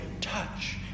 touch